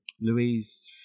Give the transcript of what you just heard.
Louise